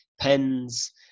pens